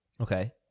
Okay